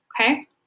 Okay